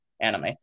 anime